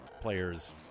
players